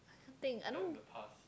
thing I don't